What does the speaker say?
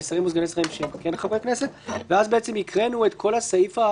ושרים וסגני שרים שהם כן חברי כנסת ואז בעצם הקראנו את כל הסעיף,